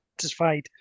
satisfied